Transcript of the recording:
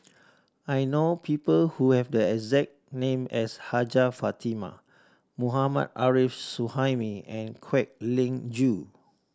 I know people who have the exact name as Hajjah Fatimah Mohammad Arif Suhaimi and Kwek Leng Joo